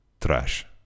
Trash